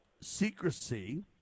secrecy